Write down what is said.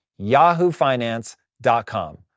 yahoofinance.com